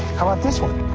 how about this one?